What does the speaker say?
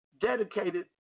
dedicated